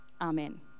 Amen